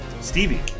Stevie